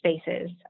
spaces